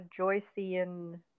Joycean